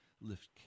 lift